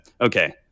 Okay